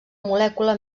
molècula